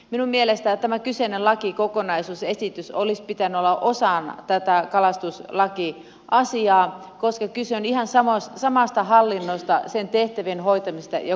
minun mielestäni tämän kyseisen lakikokonaisuusesityksen olisi pitänyt olla osana tätä kalastuslakiasiaa koska kyse on ihan samasta hallinnosta sen tehtävien hoitamisesta ja kokonaisuudesta